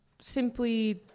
simply